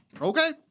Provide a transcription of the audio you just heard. Okay